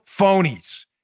phonies